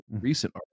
recent